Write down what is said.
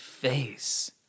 face